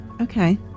Okay